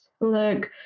look